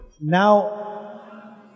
now